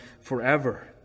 forever